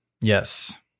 Yes